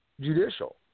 judicial